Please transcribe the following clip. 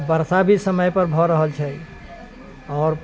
वर्षा भी समय पर भऽ रहल छै आओर